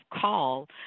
call